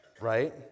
right